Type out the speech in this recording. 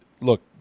look